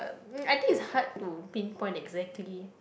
but uh I think is hard to pin point exactly